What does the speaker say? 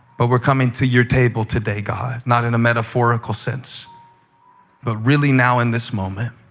but we're coming to your table today, god, not in a metaphorical sense but really, now, in this moment.